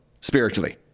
spiritually